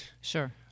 Sure